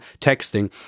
texting